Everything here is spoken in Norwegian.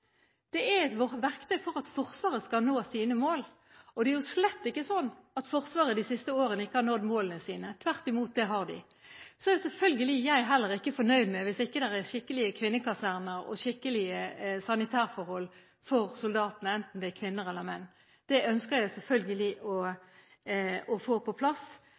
Forsvaret skal nå sine mål, og det er slett ikke sånn at Forsvaret de siste årene ikke har nådd målene sine. Tvert imot, det har de. Selvfølgelig er heller ikke jeg fornøyd hvis ikke det er skikkelige kvinnekaserner og skikkelige sanitærforhold for soldatene, enten det er for kvinner eller menn. Det ønsker jeg selvfølgelig å få på plass,